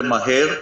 ומהר.